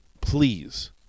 please